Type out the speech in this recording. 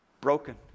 broken